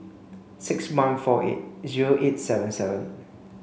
six one four eight zero eight seven seven